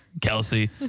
Kelsey